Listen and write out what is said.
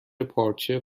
پارچه